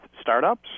startups